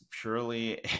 purely